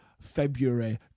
february